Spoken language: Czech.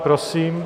Prosím.